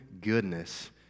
goodness